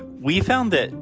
we found it.